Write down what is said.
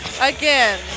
Again